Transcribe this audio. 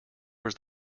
was